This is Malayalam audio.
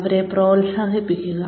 അവരെ പ്രോത്സാഹിപ്പിക്കുക